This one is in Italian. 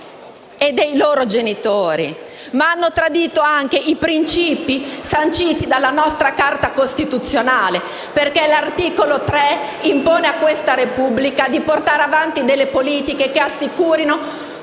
e dei loro genitori, ma hanno tradito anche i principi sanciti dalla nostra Carta costituzionale perché l'articolo 3 impone alla Repubblica di portare avanti delle politiche che assicurino